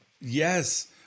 Yes